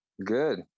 good